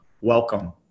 Welcome